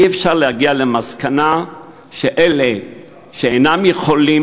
אי-אפשר שלא להגיע להסכמה שאלה שאינם יכולים